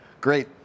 Great